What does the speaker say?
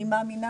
אני מאמינה